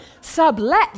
Sublet